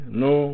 no